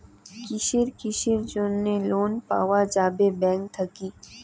কিসের কিসের জন্যে লোন পাওয়া যাবে ব্যাংক থাকি?